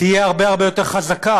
יהיו הרבה יותר חזקות.